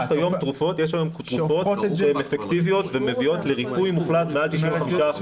יש היום תרופות שהן אפקטיביות ומביאות לריפוי מוחלט של מעל 95%,